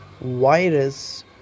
virus